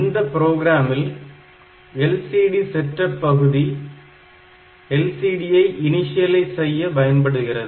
இந்த புரோகிராமில் LCD setup பகுதி LCD ஐ இணிஷியலைஸ் செய்ய பயன்படுகிறது